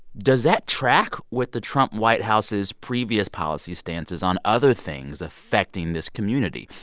does that track with the trump white house's previous policy stances on other things affecting this community?